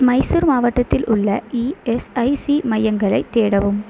மைசூர் மாவட்டத்தில் உள்ள இஎஸ்ஐசி மையங்களைத் தேடவும்